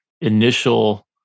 initial